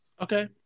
Okay